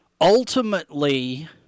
Ultimately